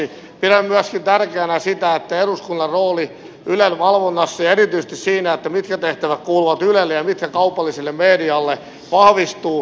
pidän myöskin tärkeänä sitä että eduskunnan rooli ylen valvonnassa ja erityisesti siinä mitkä tehtävät kuuluvat ylelle ja mitkä kaupalliselle medialle vahvistuu